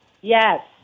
Yes